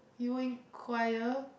you were in choir